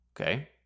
Okay